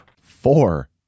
Four